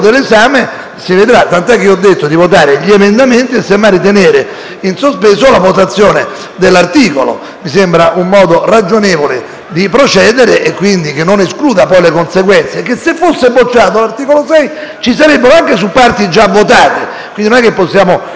dell'esame si vedrà, tanto che ho detto di votare gli emendamenti e di tenere in sospeso la votazione dell'articolo. Mi sembra un modo ragionevole di procedere e che quindi non escluda le conseguenze perché, anche se fosse bocciato l'articolo 6, ci sarebbero riferimenti su parti già votate, e quindi non possiamo